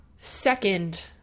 Second